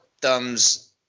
thumbs